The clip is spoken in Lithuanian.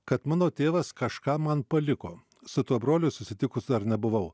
kad mano tėvas kažką man paliko su tuo broliu susitikus dar nebuvau